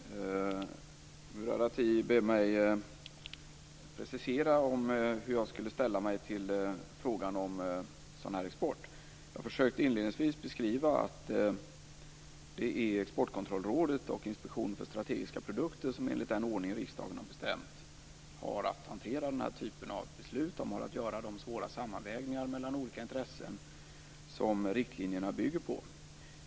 Fru talman! Murad Artin ber mig precisera hur jag skulle ställa mig till frågan om sådan här export. Jag försökte inledningsvis beskriva att det är Exportkontrollrådet och Inspektionen för strategiska produkter som enligt den ordning riksdagen har bestämt har att hantera den här typen av beslut. De har att göra de svåra sammanvägningar mellan olika intressen som riktlinjerna bygger på.